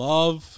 Love